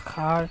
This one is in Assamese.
সাৰ